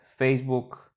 facebook